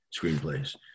screenplays